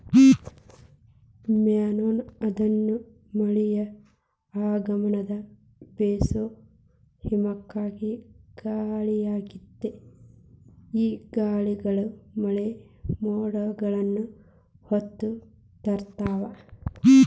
monsoon ಅನ್ನೋದು ಮಳೆಯ ಆಗಮನದ ಬೇಸೋ ಹಿಮ್ಮುಖ ಗಾಳಿಯಾಗೇತಿ, ಈ ಗಾಳಿಗಳು ಮಳೆಯ ಮೋಡಗಳನ್ನ ಹೊತ್ತು ತರ್ತಾವ